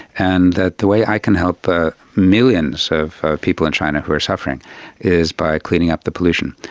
and the the way i can help ah millions of people in china who are suffering is by cleaning up the pollution.